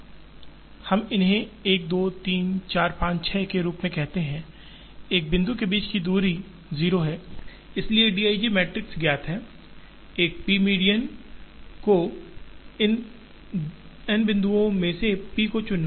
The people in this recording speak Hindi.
हम इन्हें 1 2 3 4 5 6 के रूप में कहते हैं एक बिंदु के बीच की दूरी 0 है इसलिए d i j मैट्रिक्स ज्ञात है एक पी मीडियन को इन n बिंदुओं में से p को चुनना है